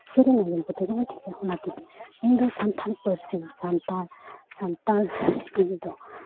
ᱥᱮᱨᱮᱧ ᱟᱸᱡᱚᱢ ᱠᱟᱛᱮᱫ ᱜᱮᱵᱚᱱ ᱴᱷᱤᱠᱟᱹᱭᱟ ᱚᱱᱟᱛᱮ ᱤᱧᱫᱚ ᱥᱟᱱᱛᱟᱲ ᱯᱟᱹᱨᱥᱤ ᱥᱟᱱᱛᱟᱲ ᱥᱟᱱᱟᱲ ᱦᱚᱲ ᱫᱚ